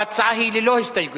אגב, ההצעה היא ללא הסתייגויות.